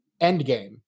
Endgame